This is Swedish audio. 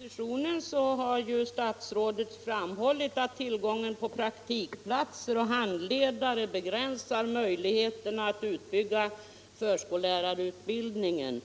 Herr talman! I propositionen har ju statsrådet framhållit att tillgången på praktikplatser och handledare begränsar möjligheterna att utbygga förskollärarutbildningen.